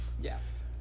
Yes